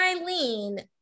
Eileen